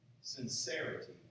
sincerity